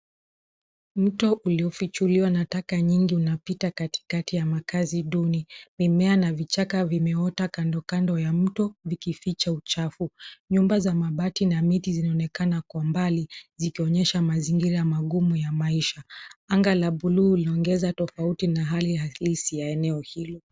Mto uliofichuliwa na taka nyingi unapita katikati ya makaazi duni. Mimea na vichaka vimeota kando kando ya mto vikificha uchafu. Nyumba za mabati na miti zinaonekana kwa mbali zikionyesha mazingira magumu ya maisha. Anga la bluu linaongeza tofauti na hali halisi ya eneo hilo.